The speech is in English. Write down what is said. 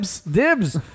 Dibs